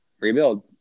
rebuild